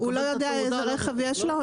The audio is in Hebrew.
הוא לא יודע איזה רכב יש לו,